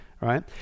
Right